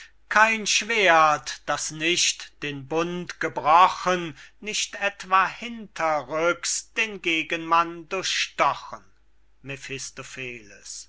kein schwerdt das nicht den bund gebrochen nicht etwa hinterrücks den gegenmann durchstochen